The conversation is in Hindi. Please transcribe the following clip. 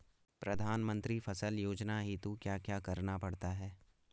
प्रधानमंत्री फसल योजना हेतु क्या क्या करना पड़ता है?